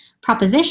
proposition